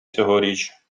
цьогоріч